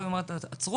פה היא אומרת עצרו,